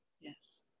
Yes